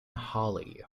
hollie